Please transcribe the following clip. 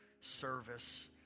service